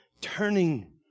turning